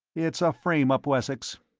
it's a frame-up, wessex!